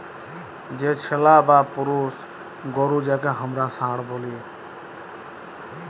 যে ছেলা বা পুরুষ গরু যাঁকে হামরা ষাঁড় ব্যলি